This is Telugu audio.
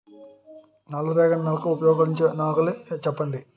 నల్ల రేగడి నెలకు ఉపయోగించే నాగలి చెప్పండి?